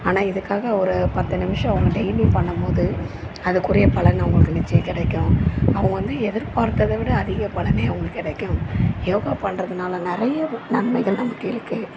ஆனால் இதுக்காக ஒரு பத்து நிமிஷம் அவங்க டெய்லி பண்ணும்போது அதுக்குரிய பலன் அவங்களுக்கு நிச்சயம் கிடைக்கும் அவங்க வந்து எதிர்பார்த்ததை விட அதிக பலனே அவங்களுக்கு கிடைக்கும் யோகா பண்ணுறதுனால நிறைய நன்மைகள் நமக்கு இருக்குது